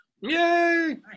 Yay